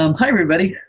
um hi everybody.